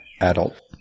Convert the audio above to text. adult